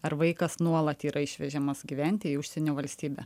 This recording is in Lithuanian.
ar vaikas nuolat yra išvežemas gyventi į užsienio valstybę